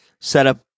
setup